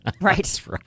Right